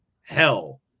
hell